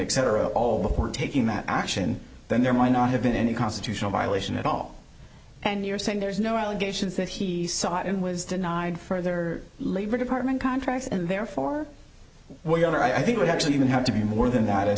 except for all before taking that action then there might not have been any constitutional violation at all and you're saying there is no allegations that he sought and was denied further labor department contracts and therefore whatever i think would actually even have to be more than that